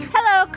Hello